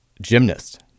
gymnast